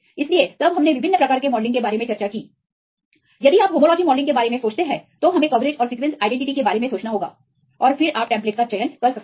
इसलिए तब हमने विभिन्न प्रकार के मॉडलिंग के बारे में चर्चा की यदि आप होमोलोजी मॉडलिंग के बारे में सोचते हैं तो हमें कवरेज और सीक्वेंस आईडेंटिटी देखने के बारे में सोचना होगा और फिर आप टेम्पलेट का चयन कर सकते हैं